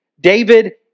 David